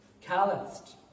calloused